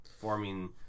forming